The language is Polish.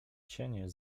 cienie